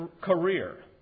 career